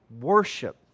worship